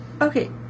Okay